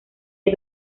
hay